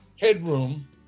headroom